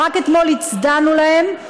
שרק אתמול הצדענו להם,